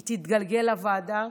היא תתגלגל לוועדה,